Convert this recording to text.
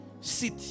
sit